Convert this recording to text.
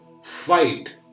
Fight